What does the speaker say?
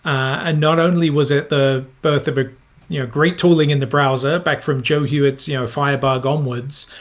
and not only was it the birth of a you know great tooling in the browser, back from joe hewitt's, you know, firebug onwards,